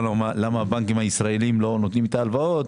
למה הבנקים הישראלים לא נותנים את ההלוואות.